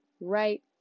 right